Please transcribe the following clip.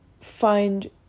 find